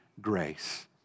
grace